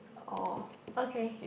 oh okay